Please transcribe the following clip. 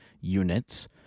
units